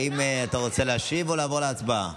האם אתה רוצה להשיב או לעבור להצבעה?